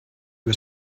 was